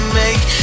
make